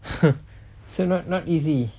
so not not easy